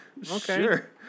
sure